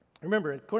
Remember